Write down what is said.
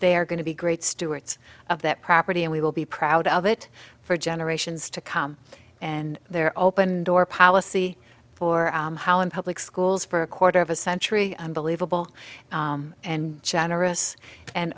they are going to be great stewards of that property and we will be proud of it for generations to come and they're open door policy for public schools for a quarter of a century unbelievable and generous and